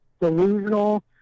delusional